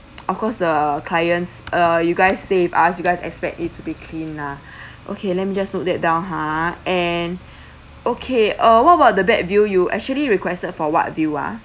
of course the clients uh you guys stay with us you guys expect it to be clean lah okay let me just note that down ha and okay uh what about the bad view you actually requested for what view ah